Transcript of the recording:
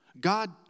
God